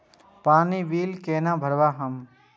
पानी बील केना भरब हम?